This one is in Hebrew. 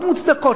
מאוד מוצדקות,